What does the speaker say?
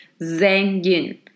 zengin